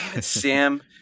Sam